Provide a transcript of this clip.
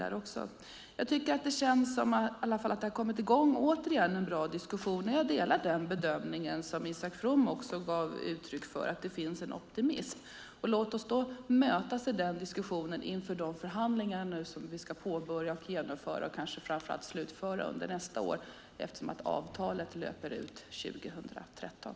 Jag tycker i alla fall att det känns som att det återigen har kommit fram en bra diskussion, och jag delar den bedömning som Isak From gav uttryck för, att det finns en optimism. Låt oss mötas i den diskussionen inför de förhandlingar som vi ska påbörja, genomföra och framför allt slutföra under nästa år, eftersom avtalet löper ut 2013.